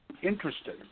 interested